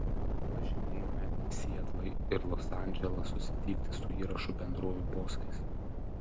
važinėjome į sietlą ir los andželą susitikti su įrašų bendrovių bosais